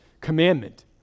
commandment